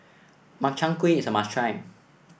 Makchang Gui is a must try